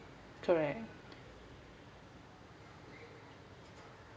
correct